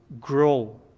grow